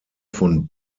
von